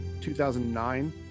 2009